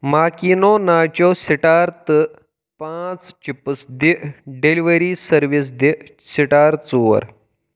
ماکیٖنو nacho star تہٕ پانٛژھ chips دِ ڈیلیوری سروس دِ سٹار ژور